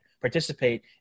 participate